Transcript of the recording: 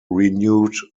renewed